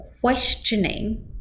questioning